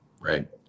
right